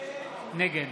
נגד